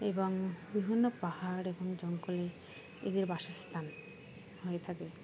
এবং বিভিন্ন পাহাড় এবং জঙ্গলে এদের বাসস্থান হয়ে থাকে